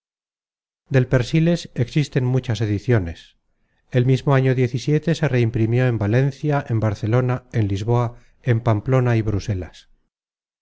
del perséles existen muchas ediciones el mismo año se reimprimió en valencia en barcelona en lisboa en pamplona y brusélas